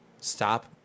Stop